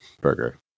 Burger